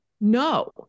No